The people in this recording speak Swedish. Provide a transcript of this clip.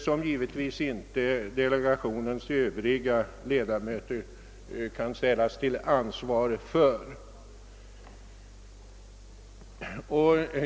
Det jag därvidlag säger kan delegationens övriga ledamöter givetvis inte ställas till ansvar för.